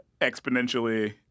exponentially